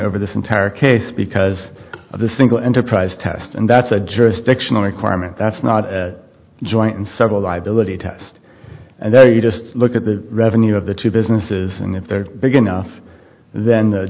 over this entire case because of the single enterprise test and that's a jurisdictional requirement that's not a joint and several liability test and there you just look at the revenue of the two businesses and if they're big enough then the